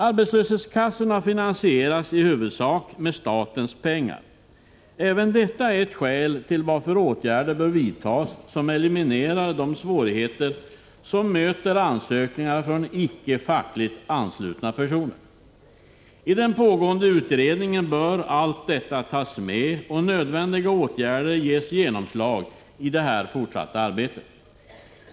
Arbetslöshetskassorna finansieras i huvudsak med statens pengar. Även detta är ett skäl att vidta åtgärder som eliminerar de svårigheter som möter icke fackligt anslutna personer när de lämnar sin inträdesansökan. I den pågående utredningen bör det jag här pekat på tas med, och nödvändiga åtgärder bör ges genomslag i det fortsatta arbetet.